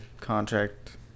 contract